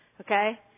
Okay